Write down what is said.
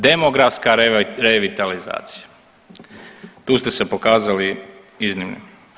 Demografska revitalizacija, tu ste se pokazali iznimni.